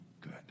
good